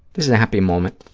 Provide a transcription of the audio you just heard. is a happy moment,